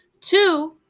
Two